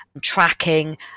tracking